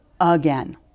again